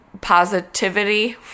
positivity